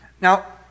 Now